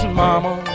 mama